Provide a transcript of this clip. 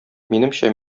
минемчә